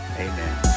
Amen